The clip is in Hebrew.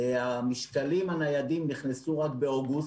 המשקלים הניידים נכנסו רק באוגוסט.